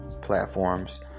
platforms